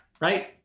right